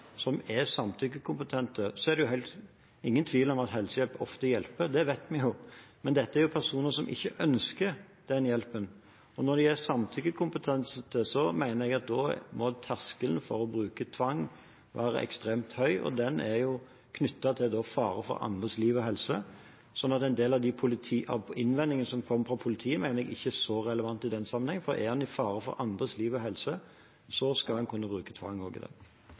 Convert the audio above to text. som er samtykkekompetente? Det er jo ingen tvil om at helsehjelp ofte hjelper, det vet vi jo, men dette er jo personer som ikke ønsker den hjelpen. Og når de er samtykkekompetente, mener jeg at da må terskelen for å bruke tvang være ekstremt høy – og den er knyttet til fare for andres liv og helse. Så en del av de innvendingene som kom fra politiet, mener jeg ikke er så relevante i den sammenheng, for er noen til fare for andres liv og helse, så skal man kunne bruke tvang. I 2016 hadde Vest politidistrikt 1 738 såkalla psykiatrioppdrag. I